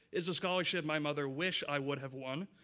is a scholarship my mother wish i would have won,